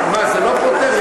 מה, זה לא פותר?